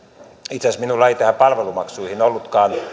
itse asiassa minulla ei tähän palvelumaksuihin ollutkaan